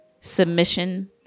submission